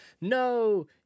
no